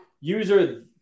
user